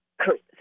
Correct